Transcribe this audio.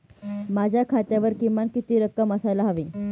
माझ्या खात्यावर किमान किती रक्कम असायला हवी?